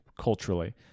culturally